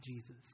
Jesus